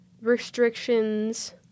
restrictions